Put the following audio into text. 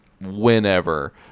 whenever